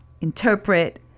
interpret